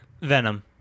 Venom